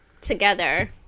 together